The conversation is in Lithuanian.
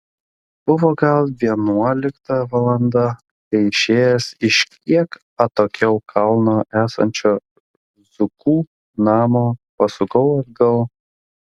buvo gal vienuolikta valanda kai išėjęs iš kiek atokiau kalno esančio zukų namo pasukau atgal